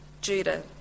Judah